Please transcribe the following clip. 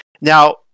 Now